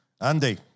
Andy